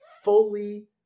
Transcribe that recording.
Fully